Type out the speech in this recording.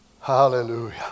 Hallelujah